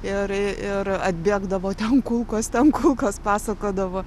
ir ir atbėgdavo ten kulkos ten kulkos pasakodavo